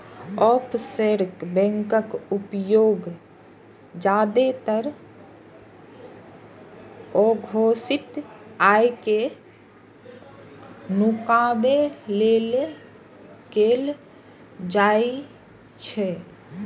offshore बैंकक उपयोग जादेतर अघोषित आय कें नुकाबै लेल कैल जाइ छै